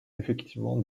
effectivement